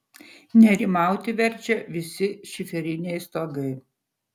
nerimauti verčia visi šiferiniai stogai